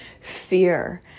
fear